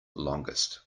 longest